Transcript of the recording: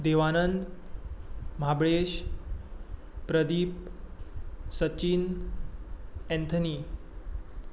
Devanand Mhabalesh Pradeep Sachin Anthony